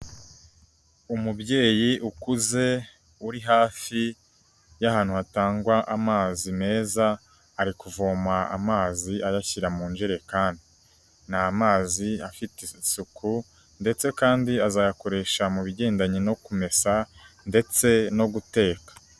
Umubyeyi ukuze, uri hafi y'ahantu hatangwa amazi meza, ari kuvoma amazi, ayashyira mu njerekani. Ni amazi afite isuku, ndetse kandi azayakoresha mu bigendanye no kumesa, ndetse no guteka.